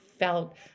felt